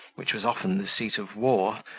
which was often the seat of war,